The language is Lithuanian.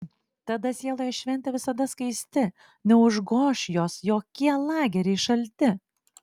tada sieloje šventė visada skaisti neužgoš jos jokie lageriai šalti